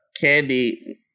candy